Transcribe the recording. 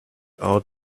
out